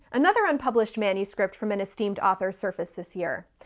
another unpublished manuscript from an esteemed author resurfaced this year.